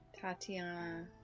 Tatiana